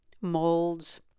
molds